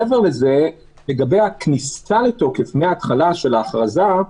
מעבר לזה, לגבי הכניסה לתוקף מתחילת ההכרזה,